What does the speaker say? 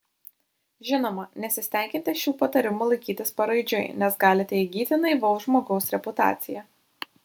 žinoma nesistenkite šių patarimų laikytis paraidžiui nes galite įgyti naivaus žmogaus reputaciją